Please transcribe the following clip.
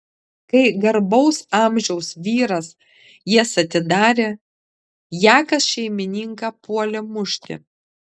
kai garbaus amžiaus vyras jas atidarė jakas šeimininką puolė mušti